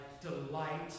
delight